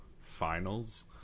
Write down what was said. finals